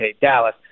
Dallas